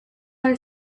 are